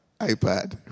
iPad